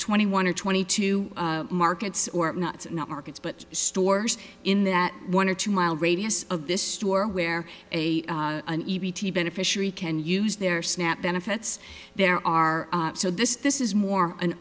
twenty one or twenty two markets or not markets but stores in that one or two mile radius of this store where a beneficiary can use their snap benefits there are so this this is more an